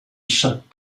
shut